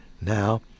Now